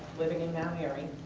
living in mount airy